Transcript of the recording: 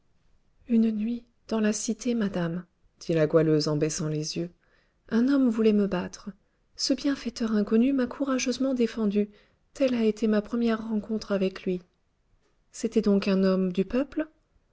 une nuit dans la cité madame dit la goualeuse en baissant les yeux un homme voulait me battre ce bienfaiteur inconnu m'a courageusement défendue telle a été ma première rencontre avec lui c'était donc un homme du peuple